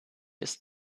ist